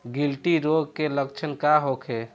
गिल्टी रोग के लक्षण का होखे?